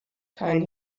kein